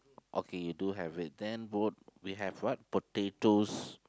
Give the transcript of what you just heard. okay you do have it then both we have what potatoes